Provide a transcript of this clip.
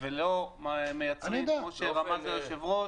ולא מייצרים כמו שרמז היושב-ראש.